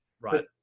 Right